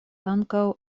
ankaŭ